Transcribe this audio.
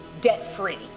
debt-free